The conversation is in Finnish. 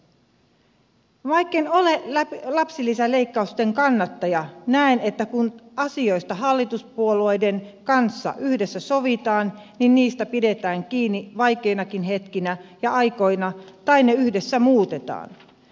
vaikken ole lapsilisäleikkausten kannattaja näen että kun asioista hallituspuolueiden kanssa yhdessä sovitaan niin niistä pidetään kiinni vaikeinakin hetkinä ja aikoina tai ne yhdessä muutetaan